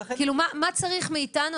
כאילו מה צריך מאיתנו,